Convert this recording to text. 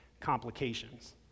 complications